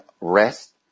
rest